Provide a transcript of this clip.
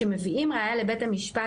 שמביאים ראייה לבית המשפט,